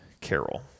carol